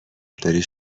داری